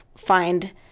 find